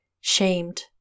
shamed